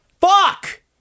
Fuck